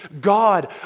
God